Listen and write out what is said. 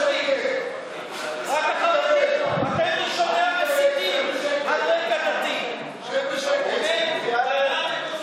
רק החרדים, שומע מסיתים, שב בשקט, אל תתערב.